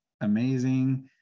amazing